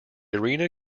arena